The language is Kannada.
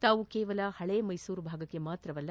ತಾವು ಕೇವಲ ಹಳೆ ಮೈಸೂರು ಭಾಗಕ್ಕೆ ಮಾತ್ರವಲ್ಲ